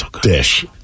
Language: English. dish